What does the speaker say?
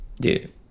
Dude